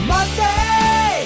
Monday